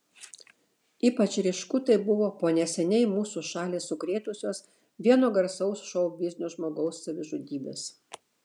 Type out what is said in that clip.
ypač ryšku tai buvo po neseniai mūsų šalį sukrėtusios vieno garsaus šou biznio žmogaus savižudybės